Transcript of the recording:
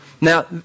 Now